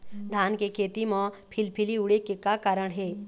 धान के खेती म फिलफिली उड़े के का कारण हे?